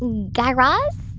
guy raz?